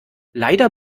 leider